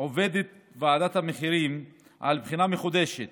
עובדת ועדת המחירים על בחינה מחודשת